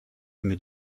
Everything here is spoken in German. mit